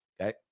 Okay